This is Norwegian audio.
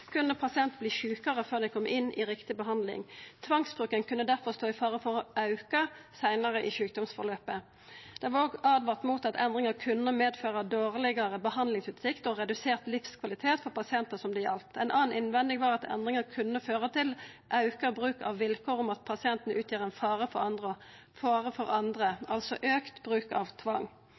kunne pasientane verta sjukare før dei kom inn i rett behandling. Tvangsbruken kunne difor stå i fare for å auka seinare i sjukdomsforløpet. Det vart òg åtvara mot at endringane kunne medføra dårlegare behandlingsutsikt og redusert livskvalitet for dei pasientane det gjaldt. Ei anna innvending var at endringa kunne føra til auka bruk av vilkår om at pasienten utgjer ei fare for andre, altså auka bruk av tvang. På bakgrunn av